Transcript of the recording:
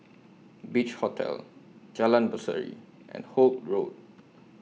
Beach Hotel Jalan Berseri and Holt Road